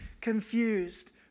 confused